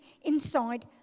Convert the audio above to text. inside